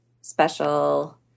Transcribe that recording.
special